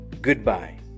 goodbye